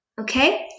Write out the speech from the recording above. Okay